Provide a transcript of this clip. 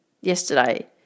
yesterday